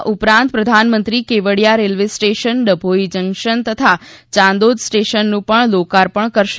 આ ઉપરાંત પ્રધાનમંત્રી Kevadia railway station Dabhoi junction તથા યાંદોદ સ્ટેશનનું પણ લોકાર્પણ કરશે